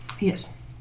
Yes